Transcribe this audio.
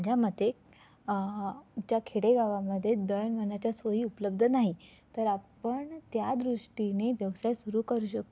माझ्या मते आमच्या खेडेगावामध्ये दळणवळणाच्या सोयी उपलब्ध नाही तर आपण त्या दृष्टीने व्यवसाय सुरू करू शकतो